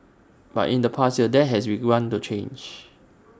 but in the past year that has begun to change